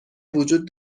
وجود